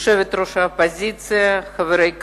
יושבת-ראש האופוזיציה, חברי כנסת,